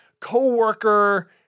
co-worker